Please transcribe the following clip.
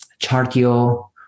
Chartio